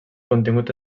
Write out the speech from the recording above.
contingut